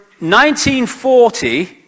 1940